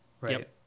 Right